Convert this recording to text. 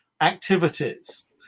activities